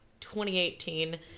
2018